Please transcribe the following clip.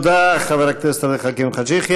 תודה, חבר הכנסת עבד אל חכים חאג' יחיא.